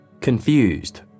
Confused